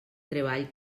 treball